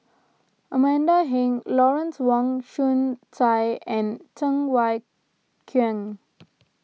Amanda Heng Lawrence Wong Shyun Tsai and Cheng Wai Keung